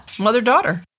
Mother-daughter